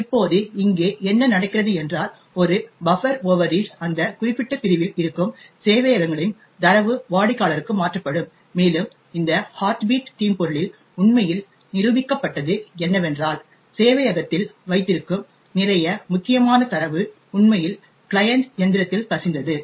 இப்போது இங்கே என்ன நடக்கிறது என்றால் ஒரு பஃப்பர் ஓவர்ரீட்ஸ் அந்த குறிப்பிட்ட பிரிவில் இருக்கும் சேவையகங்களின் தரவு வாடிக்கையாளருக்கு மாற்றப்படும் மேலும் இந்த ஹார்ட் பீட் தீம்பொருளில் உண்மையில் நிரூபிக்கப்பட்டது என்னவென்றால் சேவையகத்தில் வைத்திருக்கும் நிறைய முக்கியமான தரவு உண்மையில் கிளையன்ட் இயந்திரத்தில் கசிந்தது